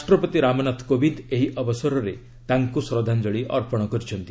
ରାଷ୍ଟ୍ରପତି ରାମନାଥ କୋବିନ୍ଦ ଏହି ଅବସରରେ ତାଙ୍କୁ ଶ୍ରଦ୍ଧାଞ୍ଚଳି ଅର୍ପଣ କରିଛନ୍ତି